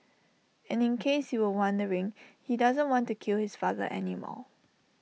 and in case you were wondering he doesn't want to kill his father anymore